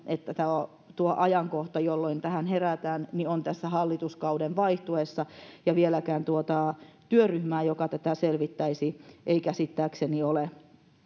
että tuo ajankohta jolloin tähän herätään on tässä hallituskauden vaihtuessa ja vieläkään tuota työryhmää joka tätä selvittäisi ei käsittääkseni ole